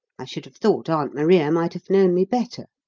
i should have thought aunt maria might have known me better.